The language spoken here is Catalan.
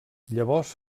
llavors